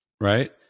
Right